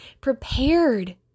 prepared